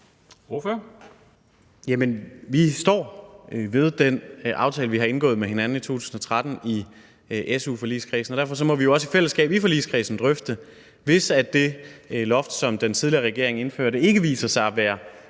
vi står ved den aftale, vi har indgået med hinanden i 2013 i su-forligskredsen, og derfor må vi også i fællesskab i forligskredsen drøfte – hvis det loft, som den tidligere regering indførte, viser sig ikke at være